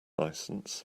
license